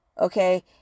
Okay